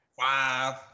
five